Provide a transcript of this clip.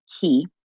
key